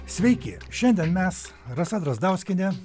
sveiki šiandien mes rasa drazdauskienė